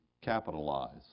capitalize